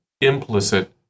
implicit